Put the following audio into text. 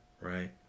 right